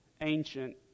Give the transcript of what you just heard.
ancient